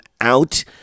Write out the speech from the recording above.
out